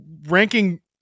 ranking